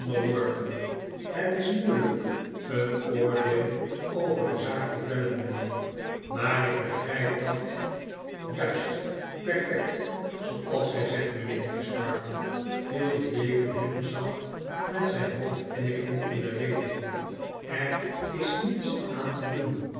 het is moeielijk een oordeel over de zaak te vellen mynheer maar ik begrijp dat m juist perfect zooals gij zegt mynheer crisparkle viel de deken hem zacht met zyn hoofd knikkende in de rede er is niets aan te doen